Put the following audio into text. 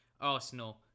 Arsenal